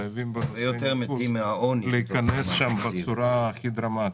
חייבים בנושא ניקוז להיכנס שם בצורה הכי דרמטית.